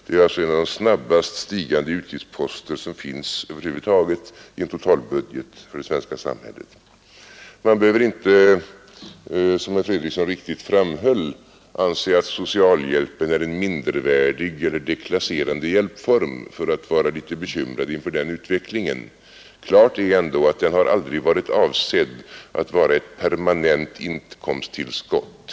Det är alltså en av de snabbast stigande utgiftsposter som finns i en total budget för det svenska samhället. Som herr Fredriksson så riktigt framhöll behöver man inte anse att socialhjälpen är en mindervärdig eller deklasserande hjälpform; man kan ändå vara litet bekymrad inför den utvecklingen. Klart är också att den aldrig har varit avsedd att vara ett permanent inkomsttillskott.